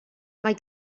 mae